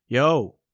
Yo